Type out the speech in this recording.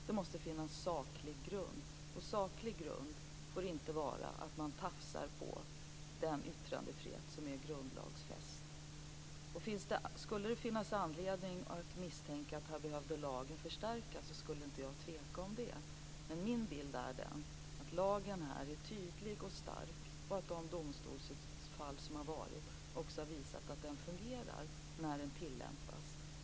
Det måste finnas saklig grund, och saklig grund får inte innebära att man tafsar på den yttrandefrihet som är grundlagsfäst. Skulle det finnas anledning att misstänka att lagen här behövde förstärkas skulle jag inte tveka om det. Min bild är dock att lagen här är tydlig och stark och att de domstolsutslag som vi sett också visar att den fungerar när den tillämpas.